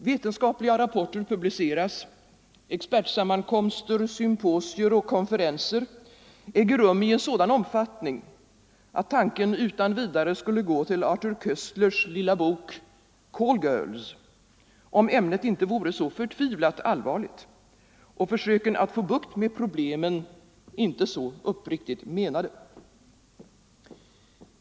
Vetenskapliga rapporter publiceras, expertsammankomster, symposier och konferenser äger rum i en sådan omfattning att tanken utan vidare skulle gå till Arthur Koestlers lilla bok Call Girls, om ämnet inte vore så förtvivlat allvarligt och försöken att få bukt med problemen inte så uppriktigt menade.